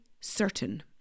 certain